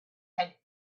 had